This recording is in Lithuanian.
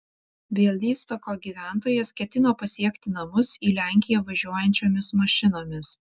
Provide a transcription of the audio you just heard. bialystoko gyventojas ketino pasiekti namus į lenkiją važiuojančiomis mašinomis